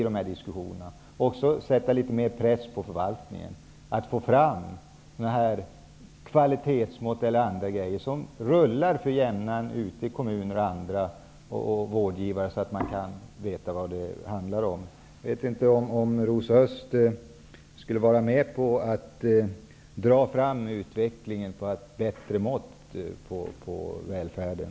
Det skulle också sätta litet mer press på förvaltningen när det gäller att få fram mått på kvalitet och annat. Det här arbetet skall rulla på i kommuner och hos andra vårdgivare för klargörande. Skulle Rosa Östh kunna tänka sig att bidra till ett påskyndande av utvecklingen när det gäller bättre mått på välfärden?